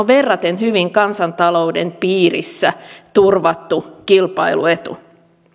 verraten hyvin kansantalouden piirissä turvattu kilpailuetu